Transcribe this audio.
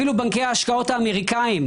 אפילו בנקי ההשקעות אמריקאים,